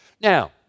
Now